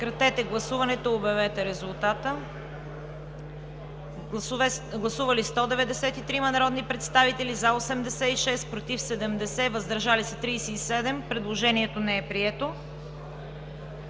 Прегласуване, моля. Гласували 193 народни представители: за 86, против 70, въздържали се 37. Предложението не е прието.